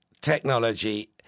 technology